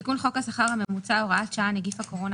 31.תיקון חוק השכר הממוצע (הוראת שעה נגיף הקורונה